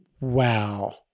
wow